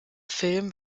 film